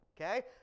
okay